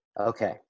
Okay